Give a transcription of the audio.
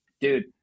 dude